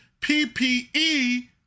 PPE